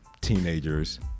teenagers